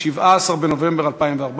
17 בנובמבר 2014,